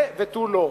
זה ותו לא.